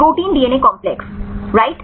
protein DNA complex right